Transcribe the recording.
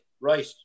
right